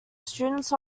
students